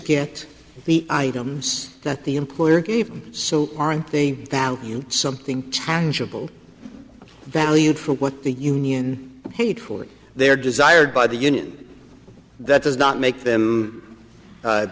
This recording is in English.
get the items that the employer gave them so aren't they value something tangible valued for what the union hatefully their desired by the union that does not make them